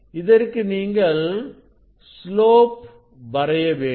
இதற்கு நீங்கள் ஸ்லோப் வரைய வேண்டும்